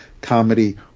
comedy